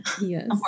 yes